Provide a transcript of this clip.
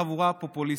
חבורה פופוליסטית,